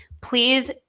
please